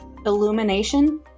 illumination